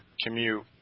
commute